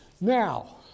Now